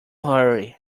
hurry